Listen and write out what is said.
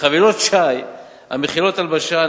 וחבילות שי המכילות הלבשה,